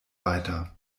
weiter